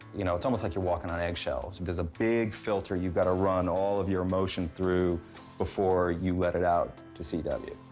you know, it's almost like you're walking on eggshells. there's a big filter you've got to run all of your emotion through before you let it out to c w.